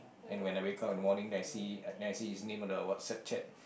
and when I wake up in the morning then I see then I see his name on the WhatsApp chat